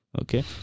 Okay